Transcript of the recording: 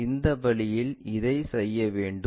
இந்த வழியில் இதை செய்ய வேண்டும்